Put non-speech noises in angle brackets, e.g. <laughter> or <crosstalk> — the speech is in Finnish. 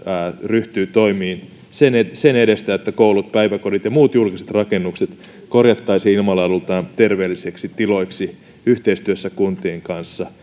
ryhtyy toimiin sen edestä että koulut päiväkodit ja muut julkiset rakennukset korjattaisiin ilmanlaadultaan terveellisiksi tiloiksi yhteistyössä kuntien kanssa <unintelligible>